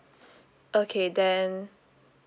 okay then